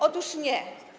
Otóż nie.